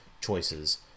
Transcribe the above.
choices